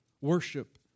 Worship